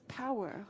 power